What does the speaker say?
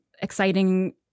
exciting